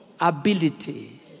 Ability